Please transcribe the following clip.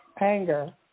anger